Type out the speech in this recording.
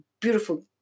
beautiful